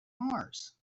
mars